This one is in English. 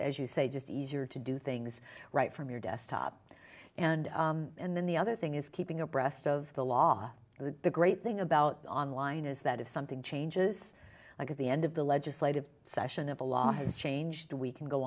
as you say just easier to do things right from your desktop and and then the other thing is keeping abreast of the law the great thing about online is that if something changes because the end of the legislative session of the law has changed we can go